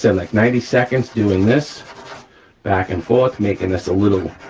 said, like ninety seconds doing this back and forth, making this a little